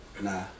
Nah